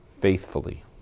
faithfully